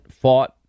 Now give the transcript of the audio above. fought